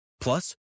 Plus